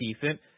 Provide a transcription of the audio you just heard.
decent